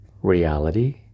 Reality